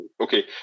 Okay